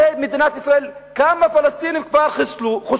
הרי מדינת ישראל, כמה פלסטינים חוסלו?